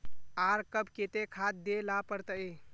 आर कब केते खाद दे ला पड़तऐ?